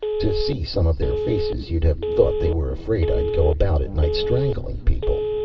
to see some of their faces you'd have thought they were afraid i'd go about at night strangling people.